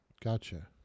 Gotcha